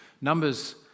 numbers